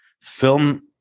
Film